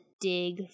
dig